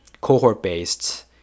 cohort-based